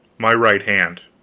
my right hand.